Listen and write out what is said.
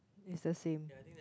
it's the same